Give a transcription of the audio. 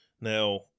Now